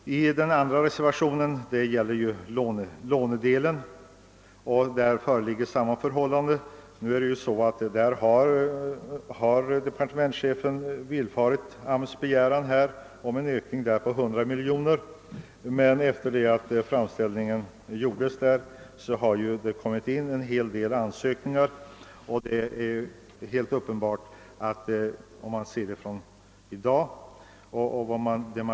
Den andra reservationen gäller lånedelen. Förhållandet härvidlag är detsamma som beträffande bidragsdelen. Departementschefen har visserligen bifallit arbetsmarknadsstyrelsens begäran om en ökning med 100 miljoner kronor, men sedan arbetsmarknadsstyrelsens framställning gjordes har en hel del ansökningar inkommit, och de föreslagna medien räcker inte.